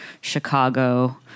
Chicago